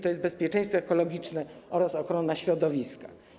Chodzi o bezpieczeństwo ekologiczne oraz ochronę środowiska.